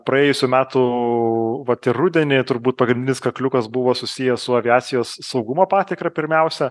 praėjusių metų vat ir rudenį turbūt pagrindinis kakliukas buvo susijęs su aviacijos saugumo patikra pirmiausia